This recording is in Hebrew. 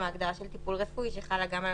שרון,